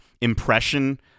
impression